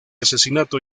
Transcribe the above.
asesinato